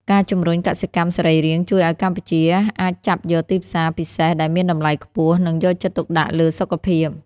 ការជំរុញកសិកម្មសរីរាង្គជួយឱ្យកម្ពុជាអាចចាប់យកទីផ្សារពិសេសដែលមានតម្លៃខ្ពស់ និងយកចិត្តទុកដាក់លើសុខភាព។